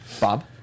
Bob